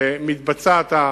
הפעילות הזאת מתבצעת,